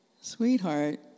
Sweetheart